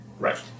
Right